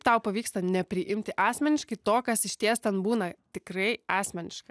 tau pavyksta nepriimti asmeniškai to kas išties ten būna tikrai asmeniška